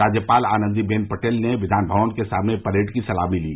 राज्यपाल आनंदीबेन पटेल ने विधान भवन के सामने परेड की सलामी ली